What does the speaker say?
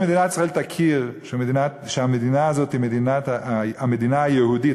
שמדינת ישראל תכיר שהמדינה הזאת היא המדינה היהודית.